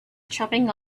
dropping